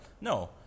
no